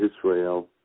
Israel